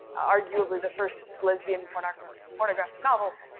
arguably the first lesbian pornographic pornographic novel.